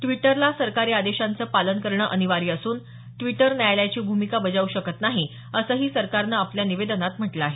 द्विटरला सरकारी आदेशांचं पालन करणं अनिवार्य असून ट्विटर न्यायालयाची भूमिका बजावू शकत नाही असंही सरकारनं आपल्या निवेदनात म्हटलं आहे